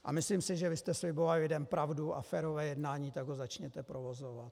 A myslím si, že když jste slibovali lidem pravdu a férové jednání, tak ho začněte provozovat.